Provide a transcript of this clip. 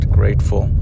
grateful